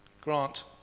Grant